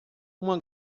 uma